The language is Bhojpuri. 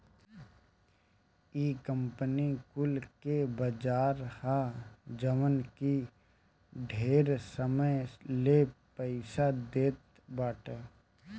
इ कंपनी कुल के बाजार ह जवन की ढेर समय ले पईसा देत बाटे